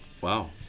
Wow